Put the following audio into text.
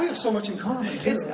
so much in common